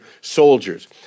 soldiers